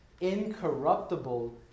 incorruptible